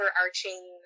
overarching